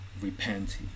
repent